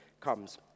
comes